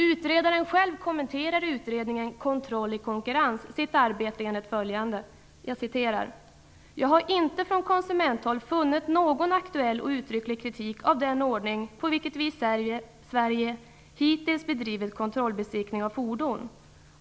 Utredaren själv kommenterar i utredningen Kontroll i konkurrens sitt arbete enligt följande: Jag har inte från konsumenthåll funnit någon aktuell och uttrycklig kritik av den ordning på vilket vi i Sverige hittills bedrivit kontrollbesiktning av fordon.